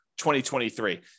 2023